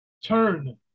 turn